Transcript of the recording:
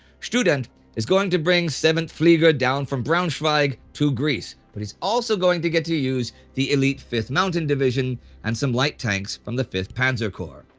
student is going to bring seventh flieger down from braunschweig to greece, but he's also going to get to use the elite fifth mountain division and some light tanks from the fifth panzer corps.